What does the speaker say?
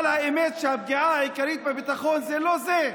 אבל האמת היא שהפגיעה העיקרית בביטחון זה לא זה.